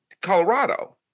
Colorado